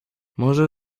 może